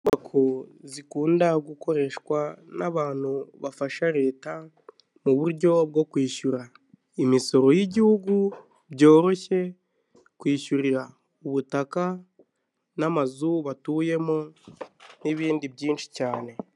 Inyubako zikunda gukoreshwa n'abantu bafasha leta mu buryo bwo kwishyura imisoro y'igihugu byoroshye kwishyurira ubutaka n'amazu batuyemo n'ibindi byinshi cyane.